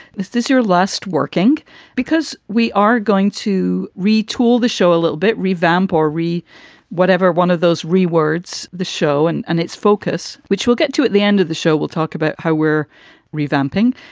this is your last working because we are going to retool the show a little bit, revamp or re whatever one of those rewards the show and and its focus which we'll get to at the end of the show, we'll talk about how we're revamping.